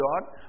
God